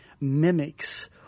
mimics